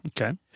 Okay